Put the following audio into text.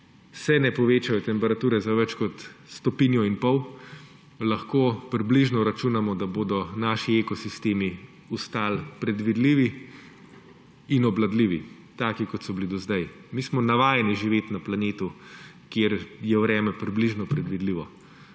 se ne povečajo temperature za več kot stopnjo in pol, lahko približno računamo, da bodo naši ekosistemi ostali predvidljivi in obvladljivi, taki kot so bili do zdaj. Mi smo navajeni živeti na planetu, kjer je vreme približno predvidljivo,